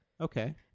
Okay